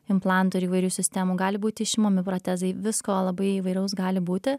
implantų ir įvairių sistemų gali būt išimami protezai visko labai įvairaus gali būti